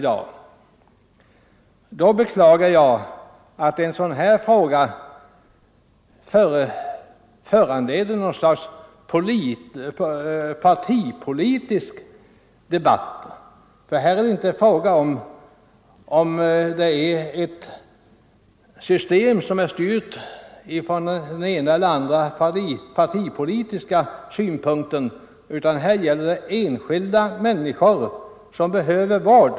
Jag beklagar att en sådan här fråga föranleder något slags partipolitisk debatt, för här rör det sig inte om ifall det är ett system som är styrt från den ena eller andra partipolitiska stånd Nr 126 punkten, utan här gäller det enskilda människor som behöver vård.